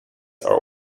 are